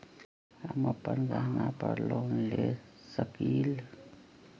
हम अपन गहना पर लोन ले सकील?